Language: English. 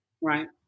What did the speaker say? Right